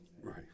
Right